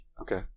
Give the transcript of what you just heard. Okay